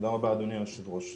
תודה רבה, אדוני היושב-ראש.